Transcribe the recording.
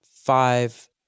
five